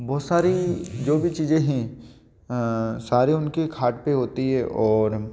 बहोत सारी जो भी चीजे हें सारे उनके खाट पर होती है और